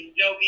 no